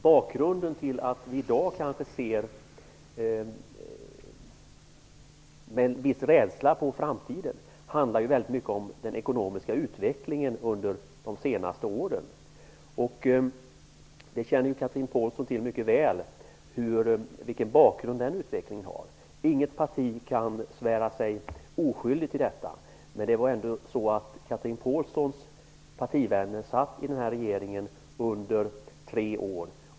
Bakgrunden till att vi i dag kanske ser på framtiden med en viss rädsla är den ekonomiska utvecklingen under de senaste åren. Chatrine Pålsson känner mycket väl till bakgrunden till den utvecklingen. Inget parti kan säga sig vara oskyldigt till detta, men det var ju ändå så att Cathrine Pålssons partivänner satt i regeringen under tre år.